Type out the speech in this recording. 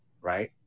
right